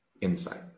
insight